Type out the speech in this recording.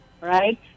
right